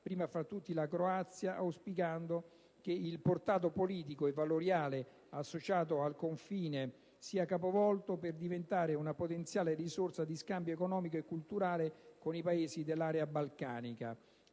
prima fra tutti la Croazia, il portato politico e valoriale associato al confine sia capovolto per diventare una potenziale risorsa di scambio economico e culturale con i Paesi dell'area balcanica.